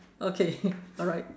okay alright